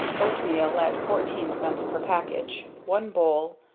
oatmeal at fourteen cents per package, one bowl,